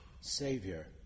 Savior